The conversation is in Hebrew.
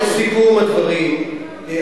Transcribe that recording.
לסיכום הדברים,